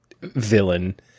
villain